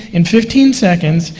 in fifteen seconds,